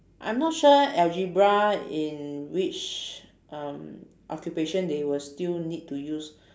I'm not sure algebra in which um occupation they will still need to use